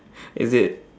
is it